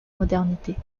modernité